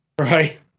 Right